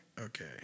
Okay